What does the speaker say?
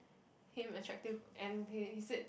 him attractive and he he said